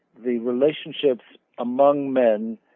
the relationships among men